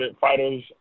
fighters